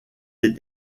est